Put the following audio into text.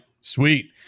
sweet